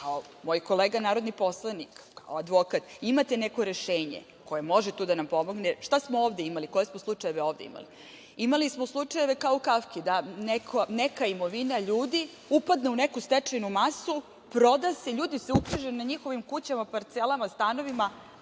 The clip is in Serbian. kao moj kolega narodni poslanik, kao advokat, imate neko rešenje koje može tu da nam pomogne, dobro. Šta smo ovde imali? Koje smo slučajeve ovde imali? Imali smo slučajeve kao u Kafki, da neka imovina ljudi upadne u neku stečajnu masu, proda se, ljudi se uknjiže, na njihovim kućama, parcelama, stanovima,